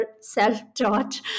self-taught